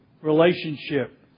relationship